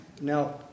now